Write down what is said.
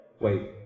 wait